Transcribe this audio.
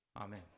amen